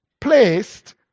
placed